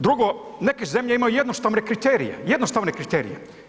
Drugo, neke zemlje imaju jednostavne kriterije, jednostavne kriterije.